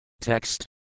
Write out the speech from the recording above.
Text